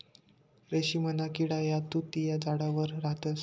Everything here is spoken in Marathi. रेशीमना किडा या तुति न्या झाडवर राहतस